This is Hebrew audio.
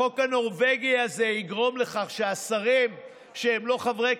החוק הנורבגי הזה יגרום לכך שהשרים שהם לא חברי